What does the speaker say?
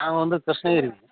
நாங்கள் வந்து கிருஷ்ணகிரி